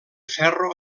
ferro